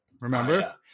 remember